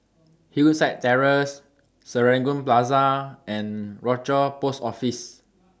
Hillside Terrace Serangoon Plaza and Rochor Post Office